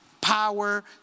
power